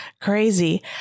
crazy